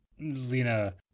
Lena